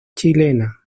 chilena